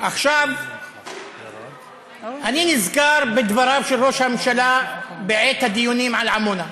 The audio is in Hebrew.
עכשיו אני נזכר בדבריו של ראש הממשלה בעת הדיונים על עמונה.